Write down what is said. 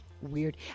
weird